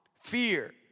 fear